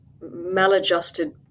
maladjusted